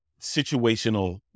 situational